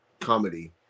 comedy